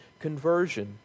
Conversion